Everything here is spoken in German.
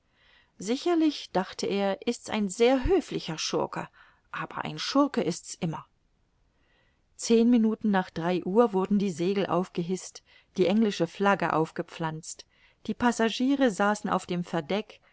sicherlich dachte er ist's ein sehr höflicher schurke aber ein schurke ist's immer zehn minuten nach drei uhr wurden die segel aufgehißt die englische flagge aufgepflanzt die passagiere saßen auf dem verdeck